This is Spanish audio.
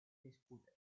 discute